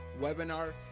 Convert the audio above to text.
webinar